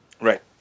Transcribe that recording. Right